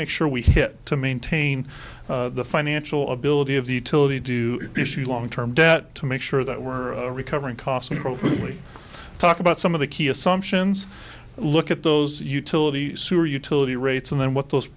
make sure we get to maintain the financial ability of the utility do issue long term debt to make sure that we're recovering cost really talk about some of the key assumptions look at those utilities who are utility rates and then what those